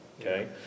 Okay